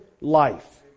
life